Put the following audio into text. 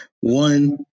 One